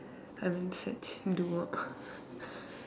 I'm in search do what